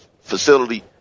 facility